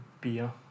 beer